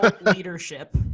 leadership